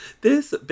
This-